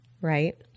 Right